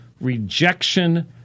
rejection